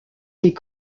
des